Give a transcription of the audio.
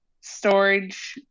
storage